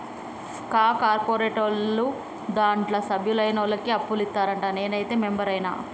కా కార్పోరేటోళ్లు దాంట్ల సభ్యులైనోళ్లకే అప్పులిత్తరంట, నేనైతే మెంబరైన